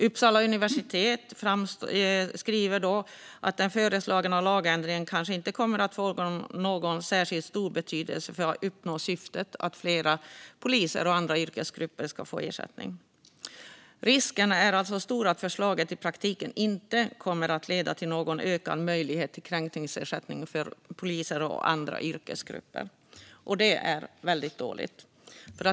Uppsala universitet skriver att den föreslagna lagändringen kanske inte kommer att få någon särskilt stor betydelse för att uppnå syftet att fler poliser och andra yrkesgrupper ska få ersättning. Risken är alltså stor att förslaget i praktiken inte kommer att leda till någon ökad möjlighet till kränkningsersättning för poliser och andra yrkesgrupper. Det är väldigt dåligt.